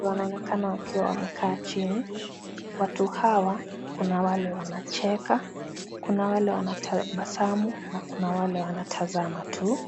Wanaonekana kuwa wamekaa chini, watu hawa kuna wale wanacheka, kuna wale wanatabasamu na kuna wale wanatazama tu.